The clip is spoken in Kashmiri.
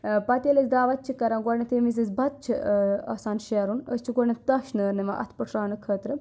پَتہٕ ییٚلہِ أسۍ دعوت چھِ کَران گۄڈٕنؠتھ ییٚمہِ وِزِ أسۍ بَتہٕ چھِ آسان شیٚرُن أسۍ چھِ گۄڈنؠتھ تش نٲر نِوان اَتھٕ پُٹھٕراونہٕ خٲطرٕ